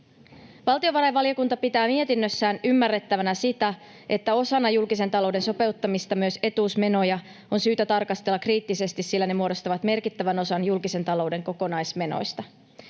Valtiovarainvaliokunta pitää mietinnössään ymmärrettävänä sitä, että osana julkisen talouden sopeuttamista myös etuusmenoja on syytä tarkastella kriittisesti, sillä ne muodostavat merkittävän osan julkisen talouden kokonaismenoista.